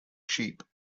sheep